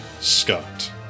Scott